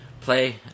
play